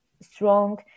strong